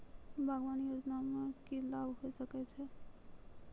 बागवानी योजना मे की लाभ होय सके छै?